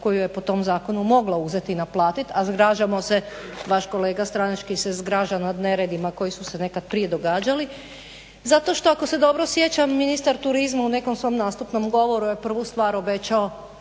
koju je po tom zakonu mogla uzeti i naplatiti, a zgražamo se vaš kolega stranački se zgraža nad neredima koji su se nekad prije događali. Zato što ako se dobro sjećam ministar turizma u nekom svom nastupnom govoru je prvu stvar obećao